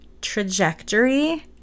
trajectory